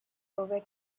over